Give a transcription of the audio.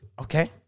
okay